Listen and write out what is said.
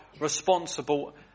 responsible